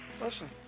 listen